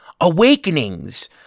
awakenings